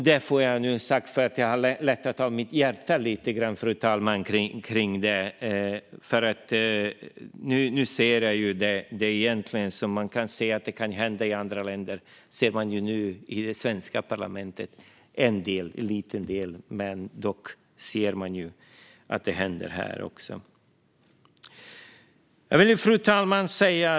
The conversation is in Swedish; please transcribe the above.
Därmed har jag lättat mitt hjärta lite grann kring detta, fru talman. Nu ser man alltså sådant som kan hända i andra länder även i det svenska parlamentet. Det är en liten del, men man ser att det händer här också. Fru talman!